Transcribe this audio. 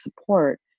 support